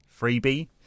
Freebie